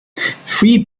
free